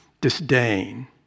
disdain